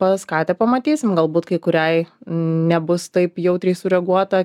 pas katę pamatysim galbūt kai kuriai nebus taip jautriai sureaguota